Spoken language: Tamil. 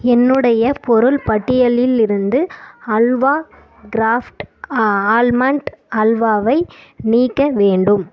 என்னுடைய பொருள் பட்டியலில் இருந்து ஹல்வா க்ராஃப்ட் ஆல்மண்ட் அல்வாவை நீக்க வேண்டும்